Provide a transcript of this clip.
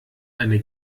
eine